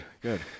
Good